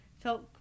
Felt